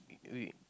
we